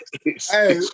Hey